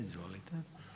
Izvolite.